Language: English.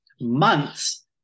Months